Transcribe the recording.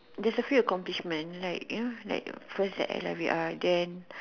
there's a few accomplishment like you know like first that I love it ah then